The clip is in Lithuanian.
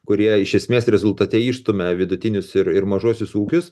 kurie iš esmės rezultate išstumia vidutinius ir ir mažuosius ūkius